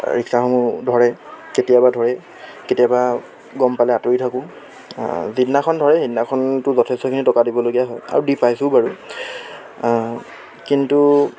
ৰিক্সাসমূহ ধৰে কেতিয়াবা ধৰে কেতিয়াবা গম পালে আঁতৰি থাকোঁ যিদিনাখন ধৰে সেইদিনাখনতটো যথেষ্টখিনি টকা দিবলগীয়া হয় আৰু দি পাইছোঁ বাৰু কিন্তু